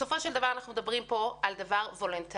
בסופו של דבר אנחנו מדברים פה על דבר וולונטרי.